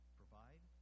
provide